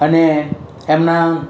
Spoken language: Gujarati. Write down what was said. અને એમના